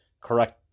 correct